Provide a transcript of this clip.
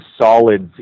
solids